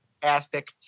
fantastic